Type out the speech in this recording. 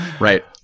Right